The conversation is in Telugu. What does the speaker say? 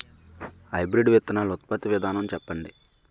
హైబ్రిడ్ విత్తనాలు ఉత్పత్తి విధానం చెప్పండి?